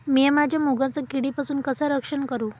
मीया माझ्या मुगाचा किडीपासून कसा रक्षण करू?